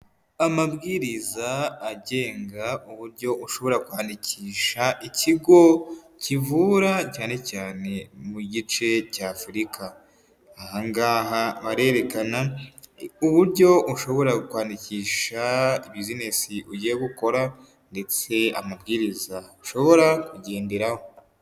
Amabwiriza agenga uburyo ushobora kwandikisha ikigo kivura cyane cyane mu gice cya Afurika. Aha ngaha barerekana uburyo ushobora kwandikisha bizinesi ugiye gukora ndetse amabwiriza ushobora kugenderaho.